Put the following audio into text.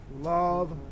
Love